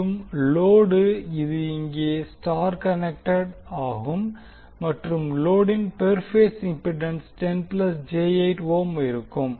மீண்டும் லோடு இங்கே star connected ஆகும் மற்றும் லோடின் per phase impedance 10 j8 ohm இருக்கும்